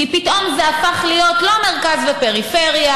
כי פתאום זה הפך להיות לא מרכז ופריפריה,